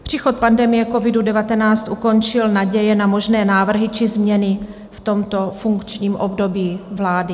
Příchod pandemie covid19 ukončil naděje na možné návrhy či změny v tomto funkčním období vlády.